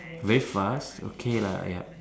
very fast okay lah yup